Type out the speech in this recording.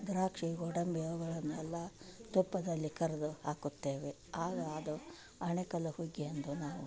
ದ್ರಾಕ್ಷಿ ಗೋಡಂಬಿ ಅವುಗಳನ್ನೆಲ್ಲ ತುಪ್ಪದಲ್ಲಿ ಕರ್ದು ಹಾಕುತ್ತೇವೆ ಆಗ ಅದು ಆಣೆಕಲ್ಲು ಹುಗ್ಗಿ ಅಂದು ನಾವು